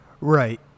Right